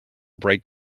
bright